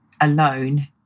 alone